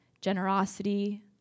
generosity